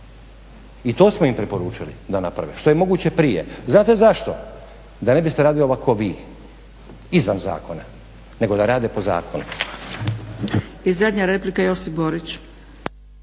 i to smo im preporučili da naprave, što je moguće prije. Znate zašto? Da ne …/Ne razumije se./… vi, izvan zakona, nego da rade po zakonu.